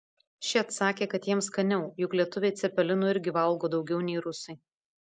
ši atsakė kad jiems skaniau juk lietuviai cepelinų irgi valgo daugiau nei rusai